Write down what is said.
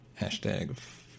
hashtag